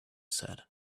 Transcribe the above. said